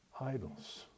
idols